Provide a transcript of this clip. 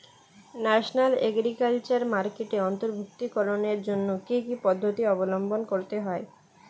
National agriculture মার্কেটে অন্তর্ভুক্তিকরণের জন্য কি কি পদ্ধতি অবলম্বন করতে হয়?